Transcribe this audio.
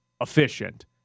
efficient